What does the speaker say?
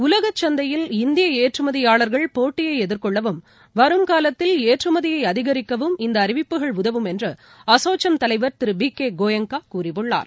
உலகச் சந்தையில் இந்திய ஏற்றுமதியாளர்கள் போட்டியை எதிர்கொள்ளவும் வரும் காலத்தில் ஏற்றுமதியை அதிகரிக்கவும் இந்த அறிவிப்புகள் உதவும் என்று அசோச்சும் தலைவர் திரு பி கே கோயங்கா கூறியுள்ளார்